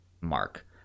mark